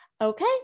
okay